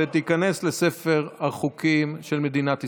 ותיכנס לספר החוקים של מדינת ישראל.